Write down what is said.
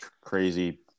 crazy –